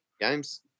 games